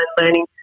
learning